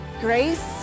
Grace